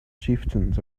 chieftains